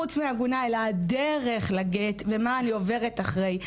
חוץ מהעגונה אלא הדרך לגט ומה אני עוברת אחרי.